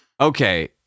Okay